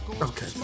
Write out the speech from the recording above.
Okay